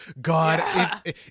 God